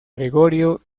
gregorio